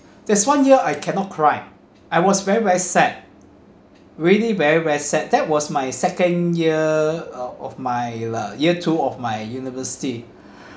this one year I cannot cry I was very very sad really very very sad that was my second year uh of my lah year two of my university